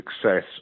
success